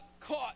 caught